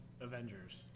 Avengers